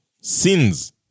sins